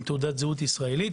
עם תושב זהות ישראלית.